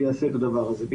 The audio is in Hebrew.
יעשה את הדבר הזה.